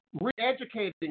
re-educating